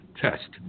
test